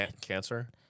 Cancer